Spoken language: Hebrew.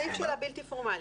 הסעיף של הבלתי פורמלי.